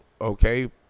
okay